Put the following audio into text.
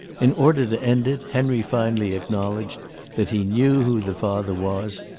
in order to end it henry finally acknowledged that he knew who the father was,